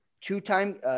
two-time